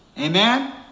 Amen